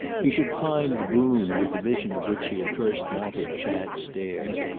he should find the boon with the vision of which he had first mounted chad's stairs.